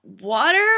water